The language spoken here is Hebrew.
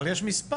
אבל יש מספר.